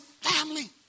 family